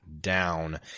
down